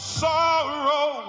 sorrow